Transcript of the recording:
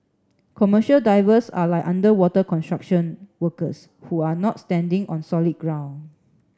commercial divers are like underwater construction workers who are not standing on solid ground